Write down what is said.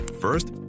First